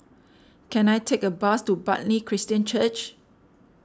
can I take a bus to Bartley Christian Church